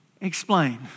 Explain